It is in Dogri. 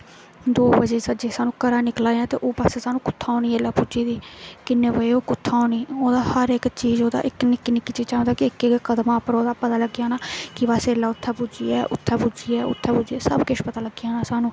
दो बजे जे सानूं घरा निकला दे आं तो ओह् बस सानूं ऐ ते इसलै बस कु'त्थें होनी ऐ पुज्जी दी किन्ने बजे ओह् कुत्थें होनी ओहदा हर इक चीज ओहदा इक निक्की निक्की चीजा ते हर इक इक कदम उप्पर ओह्दा पता लग्गी जाना कि बस इसलै उत्थें पुज्जी ऐ उत्थें पुज्जी ऐ उत्थें पुज्जी ऐ सब किश पता लग्गी जाना सानूं